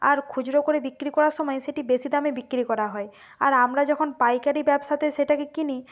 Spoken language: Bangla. আর খুচরো করে বিক্রি করার সময় সেটি বেশি দামে বিক্রি করা হয় আর আমরা যখন পাইকারি ব্যবসাতে সেটাকে কিনি